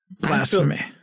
Blasphemy